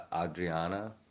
Adriana